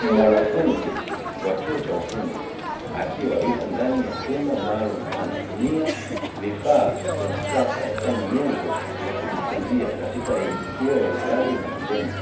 Mwanafunzi wa chuo cha ufundi akiwa yupo ndani ya chumba maalumu, anatumia vifaa vya kisasa kama nyenzo za kujifunzia katika elimu hiyo ya ustadi na vitendo,